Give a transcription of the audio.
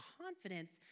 confidence